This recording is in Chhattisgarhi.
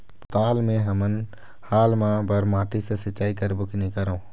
पताल मे हमन हाल मा बर माटी से सिचाई करबो की नई करों?